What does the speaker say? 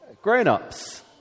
Grown-ups